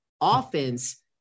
Offense